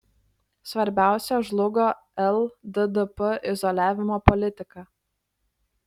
svarbiausia žlugo lddp izoliavimo politika